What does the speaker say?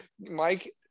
Mike